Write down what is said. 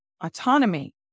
autonomy